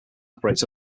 operates